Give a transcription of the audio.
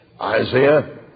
Isaiah